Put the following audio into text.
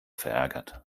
verärgert